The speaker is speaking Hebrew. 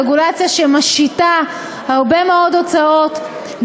רגולציה שמשיתה הרבה מאוד הוצאות,